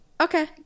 Okay